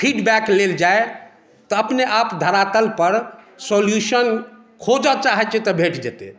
feedback लेल जाय तऽ अपने आप धरातल पर सोल्यूशन खोजऽ चाहैत छै तऽ भेट जेतै